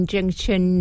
Junction